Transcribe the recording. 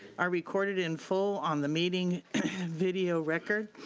are recorded in full on the meeting video record,